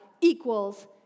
equals